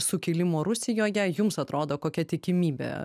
sukilimo rusijoje jums atrodo kokia tikimybė